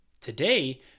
today